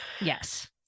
Yes